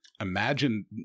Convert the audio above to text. imagine